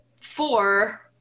four